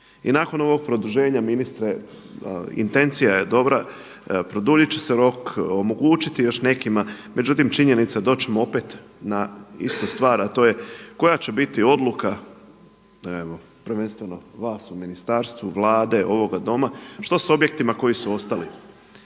I nakon ovog produženja ministre intencija je dobra, produljit će se rok, omogućiti još nekima, međutim činjenica je doći ćemo opet na istu stvar a to je koja će biti odluka evo prvenstveno vas u ministarstvu, Vlade, ovoga Doma, što s objektima koji su ostali,